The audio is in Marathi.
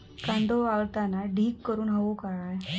कांदो वाळवताना ढीग करून हवो काय?